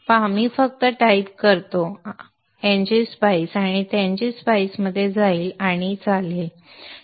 पाहा मी फक्त टाईप करतो संदर्भ वेळ 1951 ngSpice आणि ते ngSpice मध्ये जाईल आणि चालेल